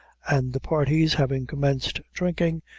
and the parties having commenced drinking,